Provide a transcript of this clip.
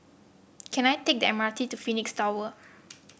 can I take the M R T to Phoenix Tower